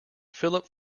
philip